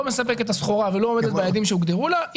מספקת את הסחורה ולא עומדת ביעדים שהוגדרו לה,